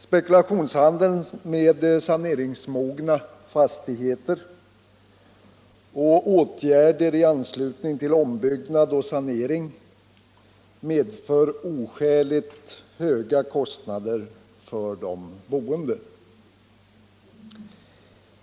Spekulationshandeln med saneringsmogna fastigheter och åtgärder i anslutning till ombyggnad och sanering medför oskäligt höga kostnader för de boende.